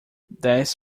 dez